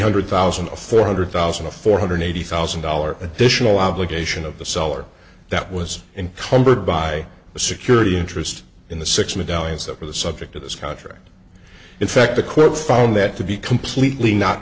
hundred thousand four hundred thousand a four hundred eighty thousand dollars additional obligation of the seller that was in cumbered by the security interest in the six medallions that were the subject of this contract in fact the court found that to be completely not